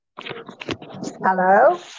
hello